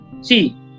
See